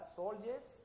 soldiers